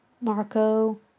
Marco